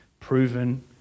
proven